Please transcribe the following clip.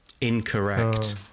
Incorrect